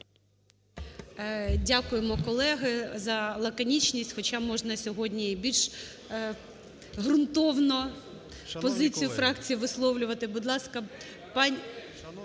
Дякуємо, колеги, за лаконічність. Хоча можна сьогодні і більш ґрунтовно позицію фракції висловлювати.